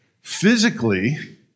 physically